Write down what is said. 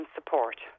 Support